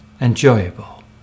enjoyable